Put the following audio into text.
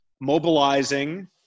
mobilizing